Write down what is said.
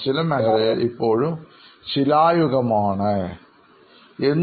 എന്നാൽ ചില മേഖലയിൽ ഇപ്പോഴും ശിലായുഗം ആണ്